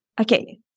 Okay